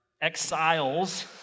Exiles